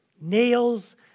Nails